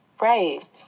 Right